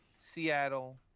Seattle